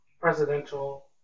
presidential